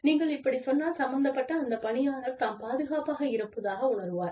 நீங்கள் இப்படிச் சொன்னால் சம்பந்தப்பட்ட அந்த பணியாளர் தாம் பாதுகாப்பாக இருப்பதாக உணருவார்